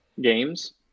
Games